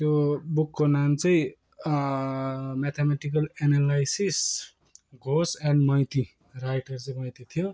त्यो बुकको नाम चाहिँ mathematical analysis Ghosh and Maiti writer चाहिँ मैती थियो